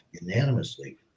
unanimously